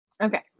Okay